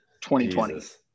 2020